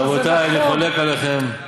רבותי, אני חולק עליכם.